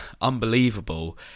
unbelievable